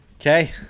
Okay